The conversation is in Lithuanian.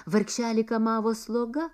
vargšelį kamavo sloga